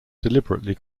deliberately